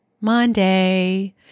Monday